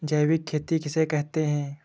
जैविक खेती किसे कहते हैं?